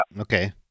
okay